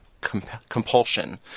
compulsion